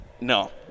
No